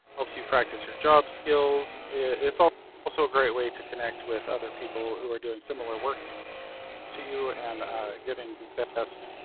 helps you practice your job skills. it's also a great way to connect with other people who are doing similar work to you, and getting the best,